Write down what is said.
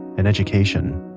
and education.